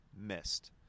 missed